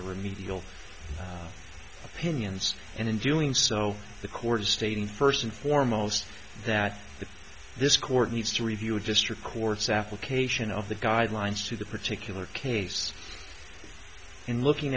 the remedial opinions and in doing so the court is stating first and foremost that this court needs to review a district court's affleck ation of the guidelines to the particular case in looking